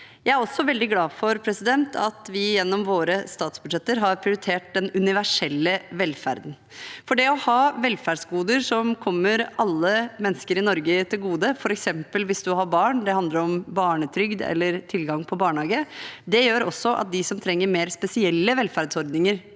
Jeg er også veldig glad for at vi gjennom våre statsbudsjetter har prioritert den universelle velferden, for å ha velferdsgoder som kommer alle mennesker i Norge til gode – f.eks. hvis du har barn og det handler om barnetrygd eller tilgang på barnehage – gjør også at de som trenger mer spesielle velferdsordninger,